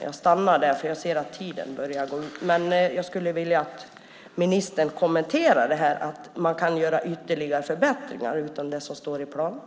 Jag skulle gärna vilja att ministern kommenterar detta att man kan göra ytterligare förbättringar utöver det som står i planerna.